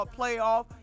playoff